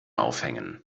aufhängen